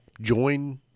Join